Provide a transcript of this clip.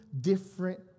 different